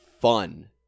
fun